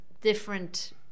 different